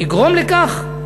תגרום לכך?